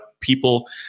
people